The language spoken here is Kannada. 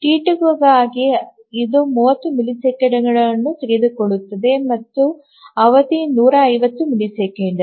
ಟಿ2 ಗಾಗಿ ಇದು 30 ಮಿಲಿಸೆಕೆಂಡುಗಳನ್ನು ತೆಗೆದುಕೊಳ್ಳುತ್ತದೆ ಮತ್ತು ಅವಧಿ 150 ಮಿಲಿಸೆಕೆಂಡ್